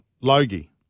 Logie